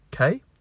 okay